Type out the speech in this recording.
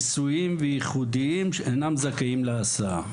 ניסויים וייחודיים אינם זכאים להסעה.